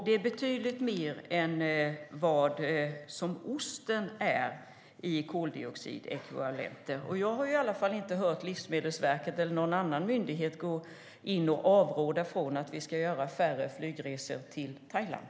Det är betydligt mer än vad osten ger om man räknar om det till koldioxidekvivalenter. Men jag har inte hört Livsmedelsverket eller någon annan myndighet rekommendera oss att göra färre flygresor till Thailand.